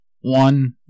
one